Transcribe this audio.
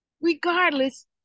regardless